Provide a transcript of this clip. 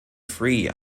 free